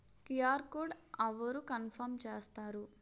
QR code అవరు confirm చేస్తారు?